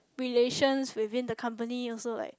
relations within the company also like